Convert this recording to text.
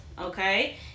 okay